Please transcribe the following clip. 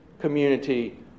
community